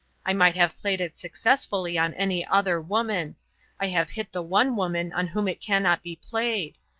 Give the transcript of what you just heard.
i might have played it successfully on any other woman i have hit the one woman on whom it cannot be played.